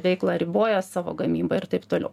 veiklą riboja savo gamyba ir taip toliau